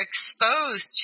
exposed